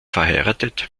verheiratet